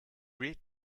great